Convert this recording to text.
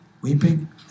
weeping